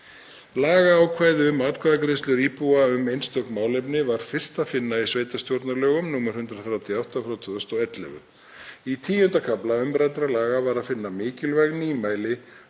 Lagaákvæði um atkvæðagreiðslur íbúa um einstök málefni var fyrst að finna í sveitarstjórnarlögum, nr. 138/2011. Í X. kafla umræddra laga var að finna mikilvæg nýmæli